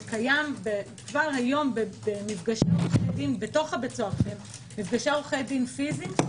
זה קיים כבר היום במפגשי עורכי דין פיזיים